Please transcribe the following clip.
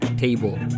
table